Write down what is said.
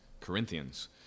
Corinthians